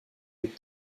les